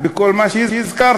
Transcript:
בכל מה שהזכרתי,